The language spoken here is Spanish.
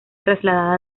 traslada